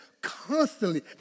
constantly